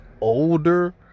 older